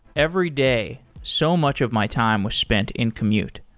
every day, so much of my time was spent in commute.